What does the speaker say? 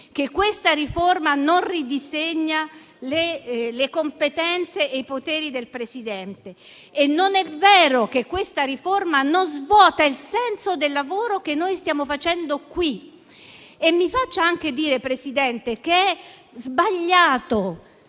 che questa riforma non ridisegna le competenze e i poteri del Presidente. E non è vero che questa riforma non svuota il senso del lavoro che noi stiamo facendo qui. Mi faccia anche dire, signor Presidente, che è sbagliato